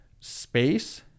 space